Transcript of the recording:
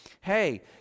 hey